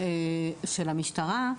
בקטינים,